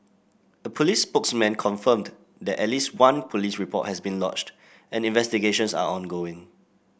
a police spokesman confirmed that at least one police report has been lodged and investigations are ongoing